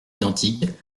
identiques